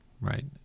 right